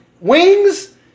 Wings